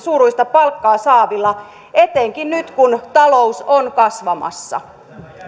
palkkaa saavilla etenkin nyt kun talous on kasvamassa